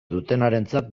dutenarentzat